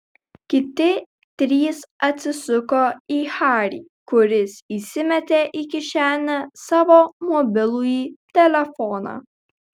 kiti trys atsisuko į harį kuris įsimetė į kišenę savo mobilųjį telefoną